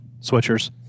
switchers